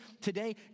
today